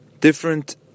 different